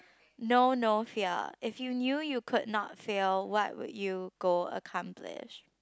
no no fear if you knew you could not fail what would you go accomplish